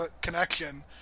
connection